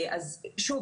שוב,